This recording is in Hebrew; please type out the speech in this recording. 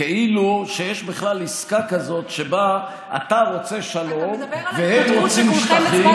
כאילו שיש בכלל עסקה כזאת שבה אתה רוצה שלום והם רוצים שטחים,